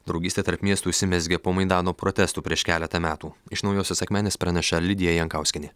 draugystė tarp miestų užsimezgė po maidano protestų prieš keletą metų iš naujosios akmenės praneša lidija jankauskienė